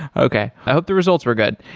okay. i hope the results were good.